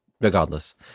regardless